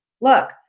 look